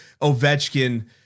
Ovechkin –